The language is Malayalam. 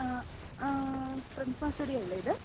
ആ പ്രിൻസാ സ്റ്റുഡിയോയല്ലേ ഇത്